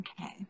Okay